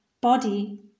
body